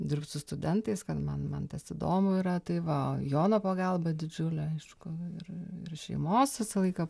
dirbt su studentais kad man man tas įdomu yra tai va jono pagalba didžiulė aišku ir ir šeimos visą laiką